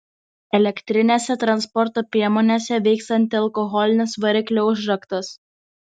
elektrinėse transporto priemonėse veiks antialkoholinis variklio užraktas